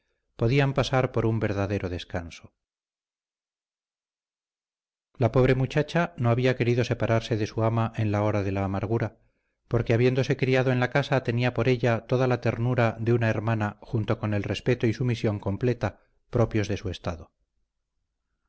podían pasar por un verdadero descanso la pobre muchacha no había querido separarse de su ama en la hora de la amargura porque habiéndose criado en la casa tenía por ella toda la ternura de una hermana junto con el respeto y sumisión completa propios de su estado